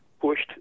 pushed